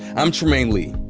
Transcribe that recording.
i'm trymaine lee.